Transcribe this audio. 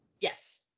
Yes